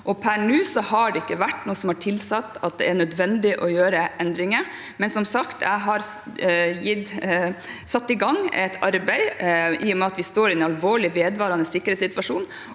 per nå har det ikke vært noe som har tilsagt at det er nødvendig å gjøre endringer. Men som sagt har jeg satt i gang et arbeid, i og med at vi står i en vedvarende alvorlig sikkerhetssituasjon,